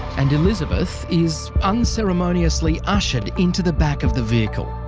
and elizabeth is unceremoniously ushered into the back of the vehicle.